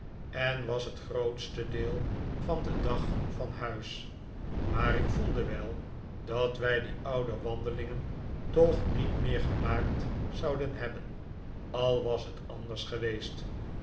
en was het grootste deel van den dag van huis maar ik voelde wel dat wij die oude wandelingen toch niet meer gemaakt zouden hebben al was het anders geweest